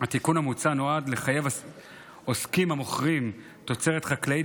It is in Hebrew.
התיקון המוצע נועד לחייב עוסקים המוכרים תוצרת חקלאית